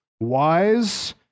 wise